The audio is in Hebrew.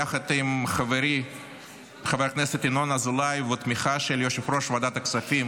יחד עם חברי חבר הכנסת ינון אזולאי ובתמיכה של יושב-ראש ועדת הכספים